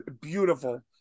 beautiful